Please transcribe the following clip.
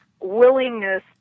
willingness